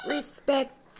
Respect